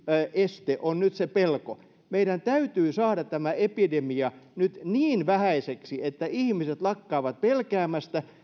este on nyt se pelko meidän täytyy saada tämä epidemia nyt niin vähäiseksi että ihmiset lakkaavat pelkäämästä